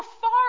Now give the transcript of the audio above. far